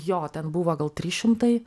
jo ten buvo gal trys šimtai